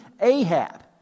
Ahab